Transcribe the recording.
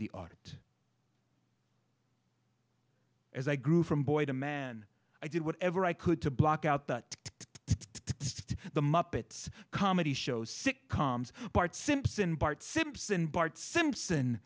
the art as i grew from boy to man i did whatever i could to block out the text the muppets comedy shows sic comes bart simpson bart simpson bart simpson